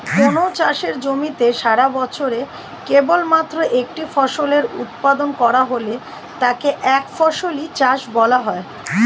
কোনও চাষের জমিতে সারাবছরে কেবলমাত্র একটি ফসলের উৎপাদন করা হলে তাকে একফসলি চাষ বলা হয়